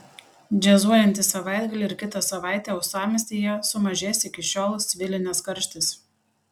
džiazuojantį savaitgalį ir kitą savaitę uostamiestyje sumažės iki šiol svilinęs karštis